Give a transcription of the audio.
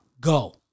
Go